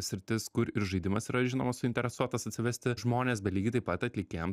sritis kur ir žaidimas yra žinoma suinteresuotas atsivesti žmones bet lygiai taip pat atlikėjam